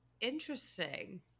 Interesting